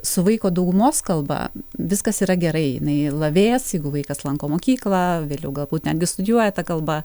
su vaiko daugumos kalba viskas yra gerai jinai lavės jeigu vaikas lanko mokyklą vėliau galbūt netgi studijuoja ta kalba